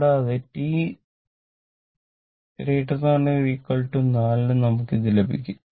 കൂടാതെ t 4 ന് നമുക്ക് ഇത് ലഭിക്കും